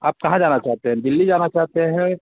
आप कहाँ जाना चाहते हैं दिल्ली जाना चाहते हैं